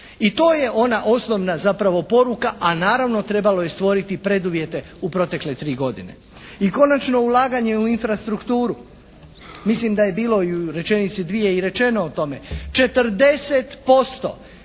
I to je ona osnovna zapravo poruka, a naravno trebalo je stvoriti preduvjete u protekle tri godine. I konačno, ulaganje u infrastrukturu. Mislim da je bilo i u rečenici, dvije i rečeno o tome. 40%